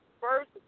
first